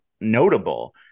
notable